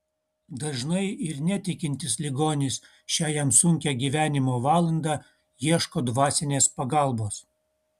dažnai ir netikintis ligonis šią jam sunkią gyvenimo valandą ieško dvasinės pagalbos